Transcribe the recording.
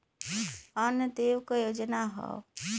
अन्न देवे क योजना हव